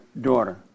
daughter